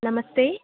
नमस्ते